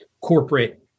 corporate